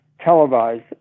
televised